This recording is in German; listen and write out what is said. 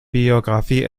biographie